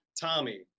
Tommy